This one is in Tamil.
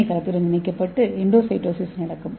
டி கலத்துடன் இணைக்கப்பட்டு எண்டோசைட்டோசிஸ் நடக்கும்